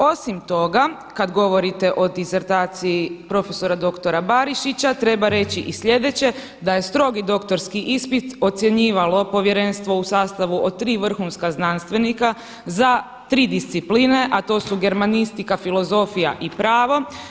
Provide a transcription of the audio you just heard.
Osim toga kad govorite o disertaciji profesora doktora Barišića treba reći i sljedeće, da je strogi doktorski ispit ocjenjivalo povjerenstvo u sastavu od tri vrhunska znanstvenika za tri discipline, a to su germanistika, filozofija i pravo.